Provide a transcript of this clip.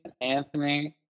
Anthony